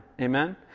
Amen